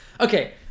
Okay